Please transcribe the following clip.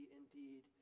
indeed